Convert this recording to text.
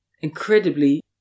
incredibly